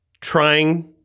trying